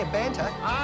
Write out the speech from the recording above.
banter